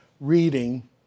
reading